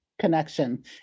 Connection